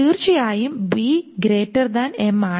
തീർച്ചയായും ആണ്